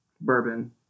bourbon